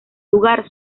lugar